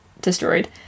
destroyed